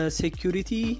security